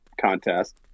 contest